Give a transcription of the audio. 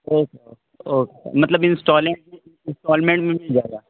okay okay okay مطلب installing instalment میں مل جائے گا